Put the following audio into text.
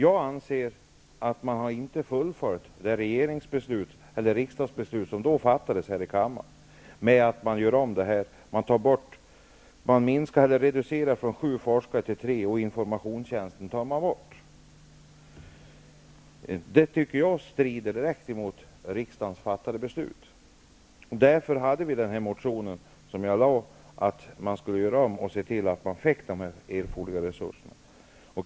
Jag anser att man inte fullföljer det riksdagsbeslut som då fattades, i och med att man nu reducerar antalet forskare från sju till tre och tar bort informationstjänsten. Det tycker jag strider direkt mot riksdagens beslut. Därför väckte jag min motion om att arbetslivscentrum skall få erforderliga resurser.